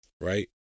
Right